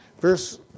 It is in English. Verse